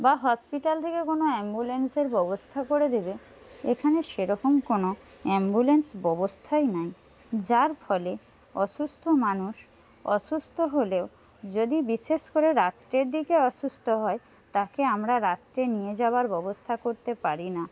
বা হসপিটাল থেকে কোনো অ্যাম্বুলেন্সের ব্যবস্থা করে দেবে এখানে সেরকম কোনো অ্যাম্বুলেন্স ব্যবস্থাই নাই যার ফলে অসুস্থ মানুষ অসুস্থ হলেও যদি বিশেষ করে রাত্রের দিকে অসুস্থ হয় তাকে আমরা রাত্রে নিয়ে যাবার ব্যবস্থা করতে পারি না